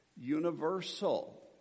universal